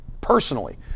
personally